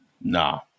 Nah